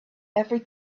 every